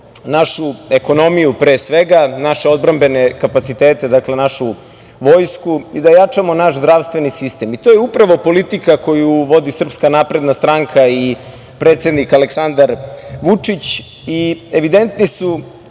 ekonomiju pre svega, naše odbrambene kapacitete, našu vojsku i da jačamo naš zdravstveni sistem. To je upravo politika koju vodi SNS i predsednik Aleksandar Vučić. Evidentni su,